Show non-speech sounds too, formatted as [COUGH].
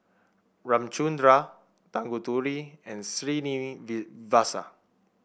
Ramchundra Tanguturi and [UNINTELLIGIBLE]